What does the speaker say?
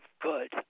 good